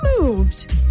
moved